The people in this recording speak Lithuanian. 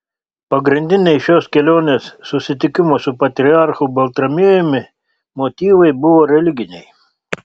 pagrindiniai šios kelionės susitikimo su patriarchu baltramiejumi motyvai buvo religiniai